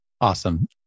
Awesome